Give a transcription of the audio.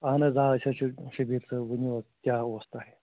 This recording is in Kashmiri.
اَہَن حظ آ أسۍ حظ چھِ شبیر صٲب ؤنۍ حظ کیٛاہ اوس تۄہہِ